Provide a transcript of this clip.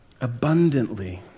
abundantly